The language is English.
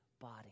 body